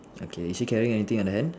okay so you're carrying anything on the hand